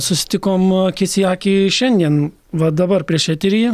susitikom akis į akį šiandien va dabar prieš eterį